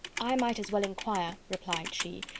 i might as well inquire, replied she,